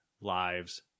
lives